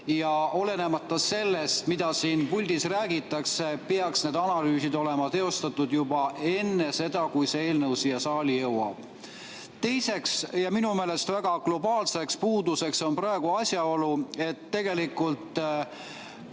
Olenemata sellest, mida siin puldis räägitakse, peaksid need analüüsid olema tehtud juba enne seda, kui see eelnõu siia saali jõuab. Teiseks, minu meelest väga globaalne puudus on praegu asjaolu, et tegelikult